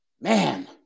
man